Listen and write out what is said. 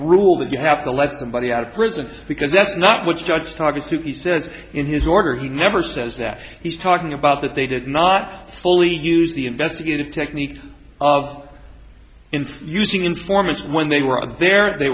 rule that you have to let somebody out of prison because that's not what judge targeted he said in his order he never says that he's talking about that they did not fully use the investigative techniques of into using informants when they were on there they